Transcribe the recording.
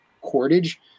cordage